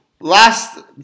Last